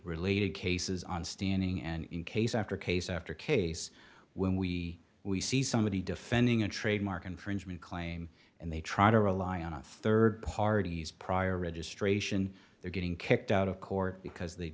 related cases on standing and in case after case after case when we we see somebody defending a trademark infringement claim and they try to rely on a rd party's prior registration they're getting kicked out of court because they